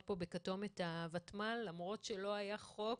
פה בכתום את הוותמ"ל למרות שלא היה חוק,